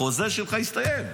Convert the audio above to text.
החוזה שלך הסתיים.